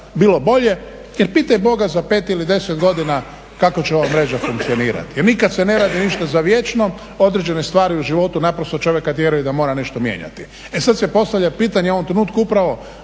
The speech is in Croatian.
bilo bolje jer pitaj Boga za 5 ili 10 godina kako će ova mreža funkcionirati. Jer nikad se ne radi ništa za vječno, određene stvari u životu naprosto čovjeka tjeraju da mora nešto mijenjati. E sad se postavlja pitanje u ovom trenutku upravo